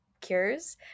cures